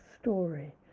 story